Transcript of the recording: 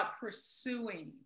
pursuing